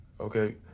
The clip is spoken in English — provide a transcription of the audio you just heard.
Okay